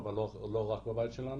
כמעט ולא יכול להגיש מועמדות לאף